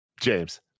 James